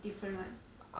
different right